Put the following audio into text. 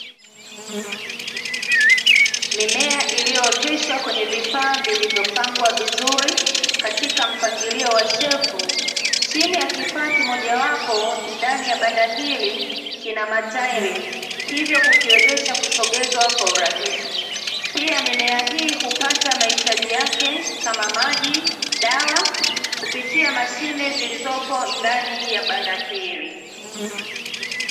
Mimea iliyooteshwa kwenye vifaa vilivyopangwa vizuri, katika mpangilio wa shelfu, chini ya kifaa kimojawapo ndani ya banda hili kina matairi hivyo kukiwezesha kusogezwa kwa urahisi. Pia mimea hii hupata mahitaji yake kama maji, dawa , kupitia mashine zilizopo ndani ya banda hili.